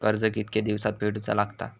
कर्ज कितके दिवसात फेडूचा लागता?